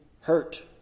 hurt